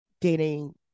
dating